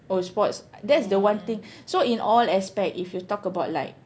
oh sports that's the one thing so in all aspects if you talk about like